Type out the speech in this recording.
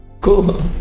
Cool